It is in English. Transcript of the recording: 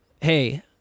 Hey